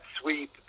sweep